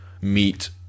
meet